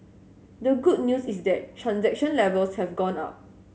the good news is that transaction levels have gone up